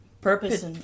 purpose